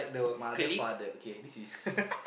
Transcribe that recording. mother father okay this is